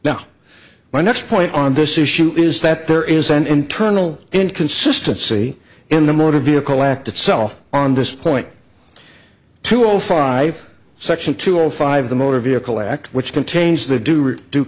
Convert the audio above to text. now my next point on this issue is that there is an internal inconsistency in the motor vehicle act itself on this point two zero five section two all five the motor vehicle act which contains the do